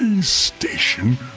station